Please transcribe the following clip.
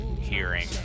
hearing